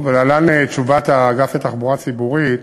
להלן תשובת האגף לתחבורה ציבורית: